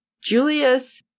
Julius